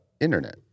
Internet